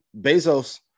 Bezos